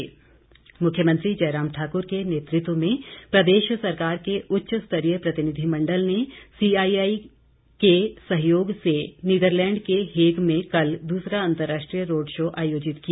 मुख्यमंत्री मुख्यमंत्री जयराम ठाकुर के नेतृत्व में प्रदेश सरकार के उच्च स्तरीय प्रतिनिधिमंडल ने सीआईआई के सहयोग से नीदरलैंड के हेग में कल दूसरा अंतर्राष्ट्रीय रोड शो आयोजित किया